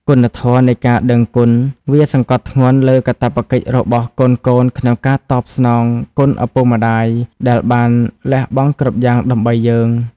គុណធម៌នៃការដឹងគុណ វសង្កត់ធ្ងន់លើកាតព្វកិច្ចរបស់កូនៗក្នុងការតបស្នងគុណឪពុកម្តាយដែលបានលះបង់គ្រប់យ៉ាងដើម្បីយើង។